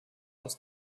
aus